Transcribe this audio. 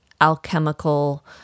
alchemical